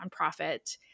nonprofit